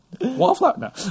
Wallflower